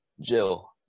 jill